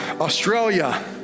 Australia